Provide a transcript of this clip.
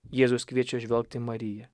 jėzus kviečia žvelgt į mariją